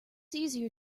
easier